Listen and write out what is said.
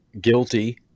guilty